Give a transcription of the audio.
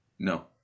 No